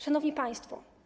Szanowni Państwo!